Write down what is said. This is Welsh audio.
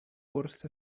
wrth